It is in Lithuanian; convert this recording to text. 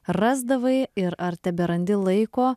rasdavai ir ar teberandi laiko